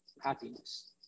happiness